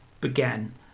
began